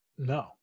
No